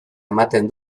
ematen